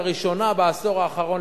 לראשונה בעשור האחרון,